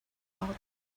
out